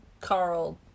Carl